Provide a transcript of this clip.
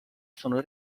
sono